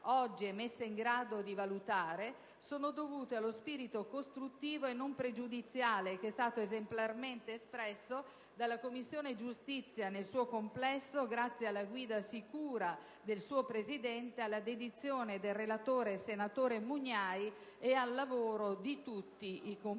è messa in grado di valutare, sono dovute allo spirito costruttivo e non pregiudiziale, che è stato esemplarmente espresso dalla Commissione giustizia nel suo complesso, grazie alla guida sicura del suo Presidente, alla dedizione del suo relatore, senatore Mugnai, e al lavoro di tutti i componenti.